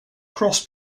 cross